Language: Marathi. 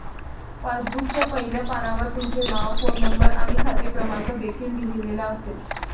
पासबुकच्या पहिल्या पानावर तुमचे नाव, फोन नंबर आणि खाते क्रमांक देखील लिहिलेला असेल